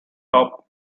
top